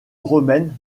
romaine